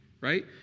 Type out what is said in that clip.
right